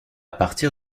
partir